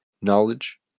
knowledge